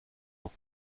ans